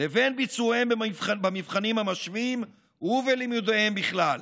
לבין ביצועיהם במבחנים המשווים ובלימודיהם בכלל.